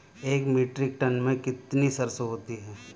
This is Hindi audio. एक मीट्रिक टन में कितनी सरसों होती है?